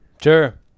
sure